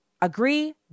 agree